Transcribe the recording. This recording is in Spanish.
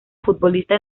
futbolista